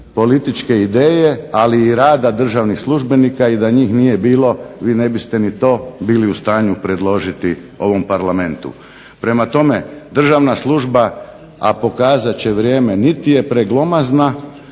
političke ideje ali i rada državnih službenika. I da njih nije bilo vi ne biste ni to bili u stanju predložiti ovom Parlamentu. Prema tome, državna služba, a pokazat će vrijeme niti je preglomazna,